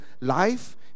life